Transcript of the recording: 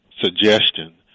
suggestion